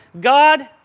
God